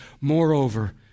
moreover